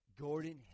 Gordon